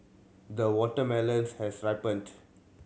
the watermelon has ripened